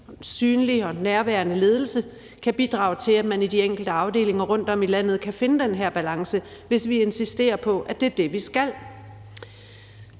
synlig og nærværende ledelse kan bidrage til, at man i de enkelte afdelinger rundtom i landet kan finde den her balance, hvis vi insisterer på, at det er det, vi skal.